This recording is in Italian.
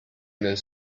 nel